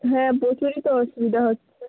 হ্যাঁ প্রচুরই তো অসুবিধা হচ্ছে